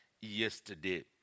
yesterday